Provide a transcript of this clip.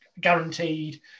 guaranteed